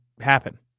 happen